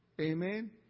Amen